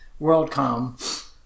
Worldcom